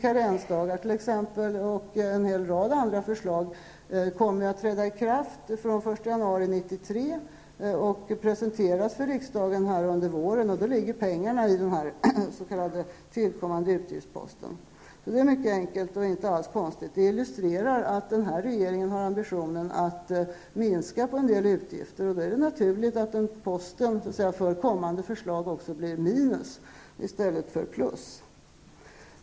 Karensdagar t.ex. och en hel rad andra förslag kommer att träda i kraft den 1 januari 1993. De presenteras för riksdagen här under våren, och de pengarna ligger i den s.k. Så det är mycket enkelt och inte alls konstigt. Det illustrerar att den här regeringen har ambitionen att minska på en del utgifter, och då är det naturligt att en post för kommande förslag också blir minus i stället för plus.